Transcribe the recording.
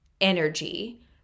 energy